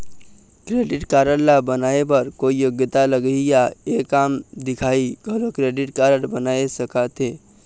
Credit card ला बनवाए बर कोई योग्यता लगही या एक आम दिखाही घलो क्रेडिट कारड बनवा सका थे?